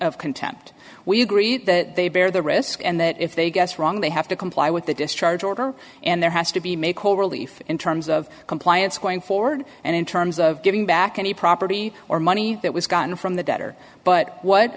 of contempt we agree that they bear the risk and that if they guess wrong they have to comply with the discharge order and there has to be make or relief in terms of compliance going forward and in terms of giving back any property or money that was gotten from the debtor but what